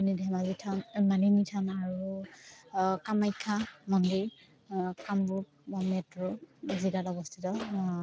ধেমাজি থান মালিনী থান আৰু কামাখ্যা মন্দিৰ কামৰূপ বা মেট্ৰ' জিলাত অৱস্থিত